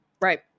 right